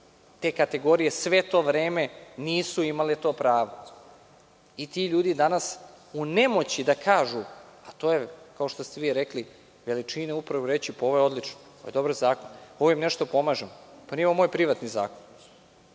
Te kategorije sve to vreme nisu imale to pravo i ti ljudi danas u nemoći da kažu, a to je kao što ste vi rekli, veličina je upravo reći – pa ovo je odlično, dobar je zakon, ovim nešto pomažemo. Pa, nije ovo moj privatni zakon.